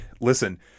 listen